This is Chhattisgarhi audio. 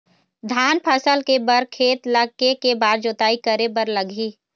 धान फसल के बर खेत ला के के बार जोताई करे बर लगही?